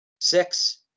Six